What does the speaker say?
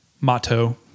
Motto